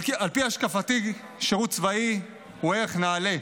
על פי השקפתי, שירות צבאי הוא ערך נעלה,